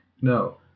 No